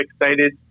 excited